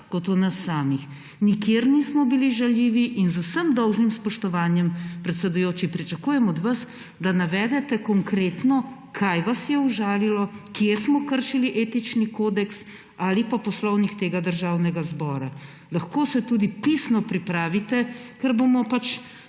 kot o nas samih. Nikjer nismo bili žaljivi in, z vsem dolžnim spoštovanjem, predsedujoči, pričakujem od vas, da navedete konkretno, kaj vas je užalilo, kje smo kršili etični kodeks ali pa poslovnik tega državnega zbora. Lahko se tudi pisno pripravite, ker bomo pač